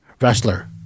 wrestler